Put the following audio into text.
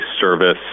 service